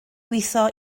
gweithio